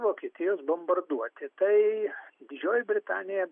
vokietijos bombarduoti tai didžioji britanija